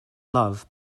love